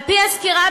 על-פי הסקירה,